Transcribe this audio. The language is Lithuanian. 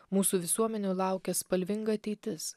mūsų visuomenių laukia spalvinga ateitis